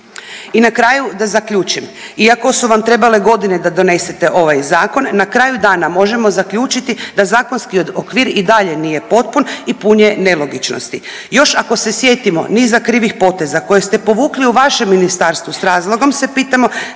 I na kraju da zaključim. Iako su vam trebale godine da donesete ovaj zakon na kraju dana možemo zaključiti da zakonski okvir i dalje nije potpun i pun je nelogičnosti. Još ako se sjetimo niza krivih poteza koje ste povukli u vašem ministarstvu sa razlogom se pitamo